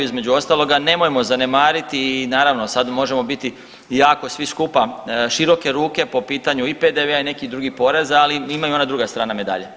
Između ostaloga, nemojmo zanemariti i naravno sad možemo biti i jako svi skupa široke ruke po pitanju i PDV-a i nekih drugih poreza, ali ima i ona druga strana medalje.